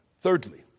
Thirdly